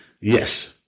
Yes